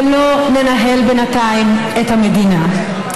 ולא ננהל בינתיים את המדינה.